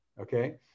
Okay